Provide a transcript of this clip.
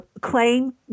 claim